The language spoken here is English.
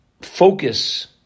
focus